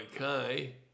Okay